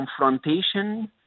confrontation